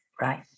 right